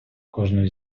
кожну